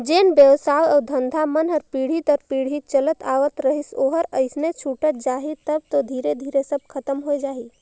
जेन बेवसाय अउ धंधा मन हर पीढ़ी दर पीढ़ी चलत आवत रहिस ओहर अइसने छूटत जाही तब तो धीरे धीरे सब खतम होए जाही